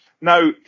Now